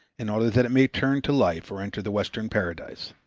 in order that it may return to life or enter the western paradise.